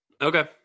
Okay